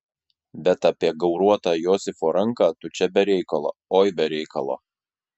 bet apie gauruotą josifo ranką tu čia be reikalo oi be reikalo